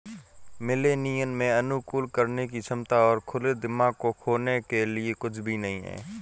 millennial में अनुकूलन करने की क्षमता और खुले दिमाग को खोने के लिए कुछ भी नहीं है